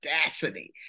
audacity